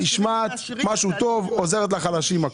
היא נשמעת משהו טוב, תוכנית שעוזרת לחלשים.